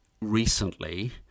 recently